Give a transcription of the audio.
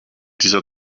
dieser